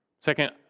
second